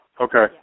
okay